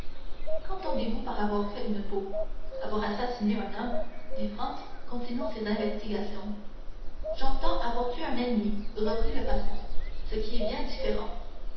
qu'entendez-vous par avoir fait une peau avoir assassiné un homme dit franz continuant ses investigations j'entends avoir tué un ennemi reprit le patron ce qui est bien différent